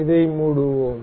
இதை மூடுவோம்